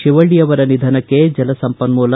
ಶಿವಳ್ಳಿ ಅವರ ನಿಧನಕ್ಕೆ ಜಲ ಸಂಪನ್ನೂಲ